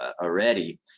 already